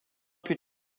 plus